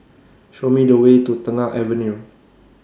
Show Me The Way to Tengah Avenue